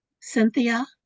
Cynthia